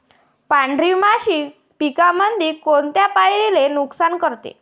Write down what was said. पांढरी माशी पिकामंदी कोनत्या पायरीले नुकसान करते?